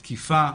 של תקיפה,